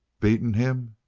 beaten him?